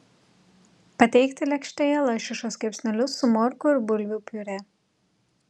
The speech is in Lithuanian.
pateikti lėkštėje lašišos kepsnelius su morkų ir bulvių piurė